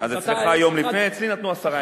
אז אצלך יום לפני, אצלי נתנו עשרה ימים.